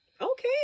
Okay